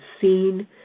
seen